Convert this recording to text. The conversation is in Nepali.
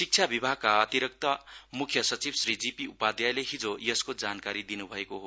शिक्षा विभागका अतिरिक्त मुख्य सचिव श्री जीपी उपाध्यायले हिजो यसको जानकारी दिनुभएको हो